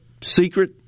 secret